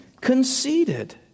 conceited